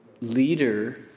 leader